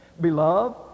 Beloved